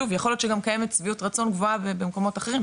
שוב יכול להיות שגם קיימת שביעות רצון גבוהה במקומות אחרים,